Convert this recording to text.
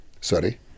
Sorry